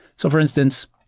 so for instance,